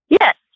Yes